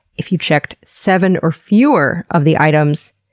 if you checked seven or fewer of the items,